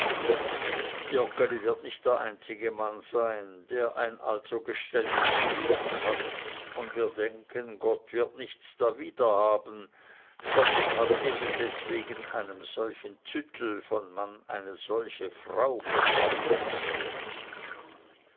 wird nicht der einzige mann sein der ein also gestelltes gewissen hat und wir denken gott wird nichts darwider haben sondern hat eben deswegen einem solchen züttel von manne eine solche frau geordnet